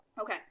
okay